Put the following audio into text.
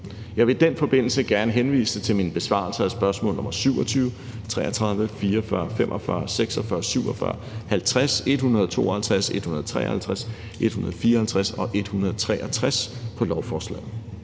Jeg vil i den forbindelse gerne henvise til mine besvarelser af spørgsmål nr. 27, 33, 44, 45, 46, 47, 50, 152, 153, 154 og 163 på lovforslaget.